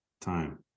time